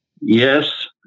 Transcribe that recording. yes